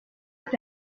est